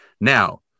Now